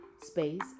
space